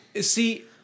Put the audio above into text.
see